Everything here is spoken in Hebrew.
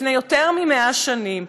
לפני יותר מ-100 שנים,